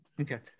Okay